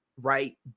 right